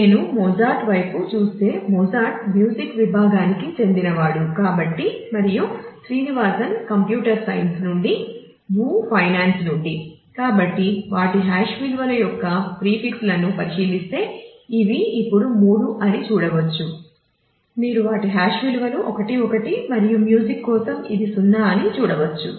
నేను మొజార్ట్ లను పరిశీలిస్తే ఇవి ఇప్పుడు 3 అని చూడవచ్చు మీరు వాటి హాష్ విలువలు 1 1 మరియు మ్యూజిక్ కోసం ఇది 0 అని చూడవచ్చు